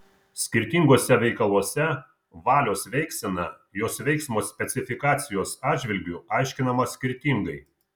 skirtinguose veikaluose valios veiksena jos veiksmo specifikacijos atžvilgiu aiškinama skirtingai